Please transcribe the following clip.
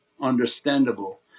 understandable